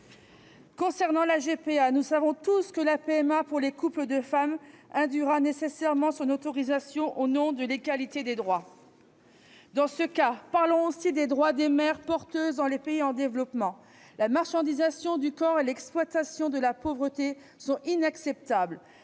Concernant la GPA, nous savons tous que la PMA pour les couples de femmes induira nécessairement son autorisation au nom de l'égalité des droits. Dans ce cas, parlons aussi des droits des mères porteuses dans les pays en développement. La marchandisation du corps et l'exploitation de la pauvreté sont inacceptables.